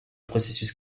processus